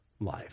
life